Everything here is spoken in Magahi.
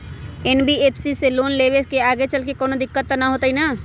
एन.बी.एफ.सी से लोन लेबे से आगेचलके कौनो दिक्कत त न होतई न?